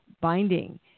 binding